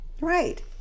right